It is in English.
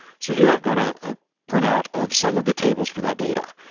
so here, i've got a ah printout of some of the tables for that data.